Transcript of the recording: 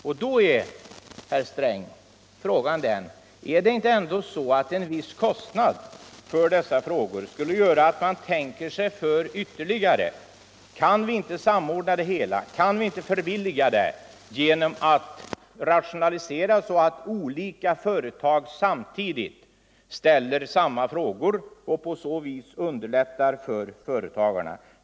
Är det ändå inte så, herr Sträng, att en viss kostnad för dessa frågor skulle göra att man tänkte sig för ytterligare: Kan vi inte samordna det hela, kan vi inte förbilliga det genom att rationalisera så att olika myndigheter samtidigt ställer samma frågor och på så vis underlättar för företagarna?